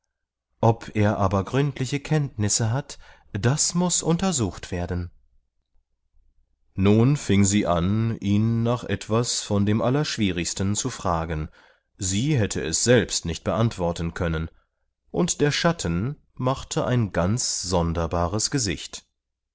ob er aber gründliche kenntnisse hat das muß untersucht werden nun fing sie an ihn nach etwas von dem allerschwierigsten zu fragen sie hätte es selbst nicht beantworten können und der schatten machte ein ganz sonderbares gesicht